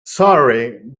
sorry